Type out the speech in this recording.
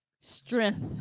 Strength